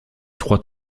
trois